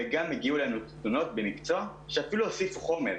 וגם הגיעו אלינו תלונות במקצוע שאפילו הוסיפו חומר.